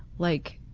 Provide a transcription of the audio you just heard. like,